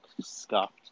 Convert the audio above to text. scuffed